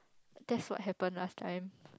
that's what happen last time